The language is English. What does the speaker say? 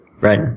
Right